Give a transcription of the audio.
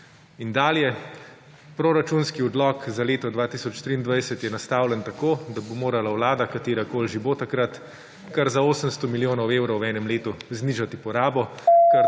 In dalje, proračunski odlok za leto 2023 je nastavljen tako, da bo morala vlada, katerakoli že bo takrat, kar za 800 milijonov evrov v enem letu znižati porabo, kar